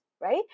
right